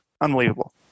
Unbelievable